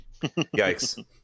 Yikes